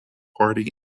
party